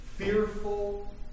fearful